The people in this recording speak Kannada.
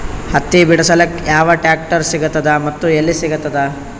ಹತ್ತಿ ಬಿಡಸಕ್ ಯಾವ ಟ್ರಾಕ್ಟರ್ ಸಿಗತದ ಮತ್ತು ಎಲ್ಲಿ ಸಿಗತದ?